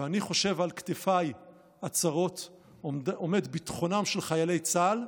ואני חושב: על כתפיי הצרות עומד ביטחונם של חיילי צה"ל,